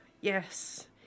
Yes